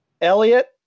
Elliot